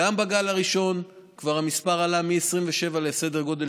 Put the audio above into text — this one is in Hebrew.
כבר בגל הראשון המספר עלה מ-27 לסדר גודל